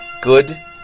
good